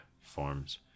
forms